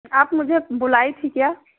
आप मुझे बुलाई थीं क्या